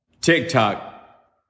TikTok